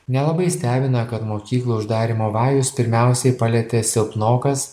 nelabai stebina kad mokyklų uždarymo vajus pirmiausiai palietė silpnokas